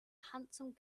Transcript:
handsome